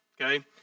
okay